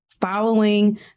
Following